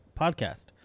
podcast